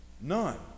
none